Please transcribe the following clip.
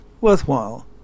worthwhile